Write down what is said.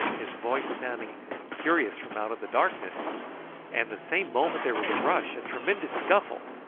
his voice sounding curious from out of the darkness and the same moment there was a rush, a tremendous scuffle,